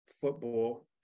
football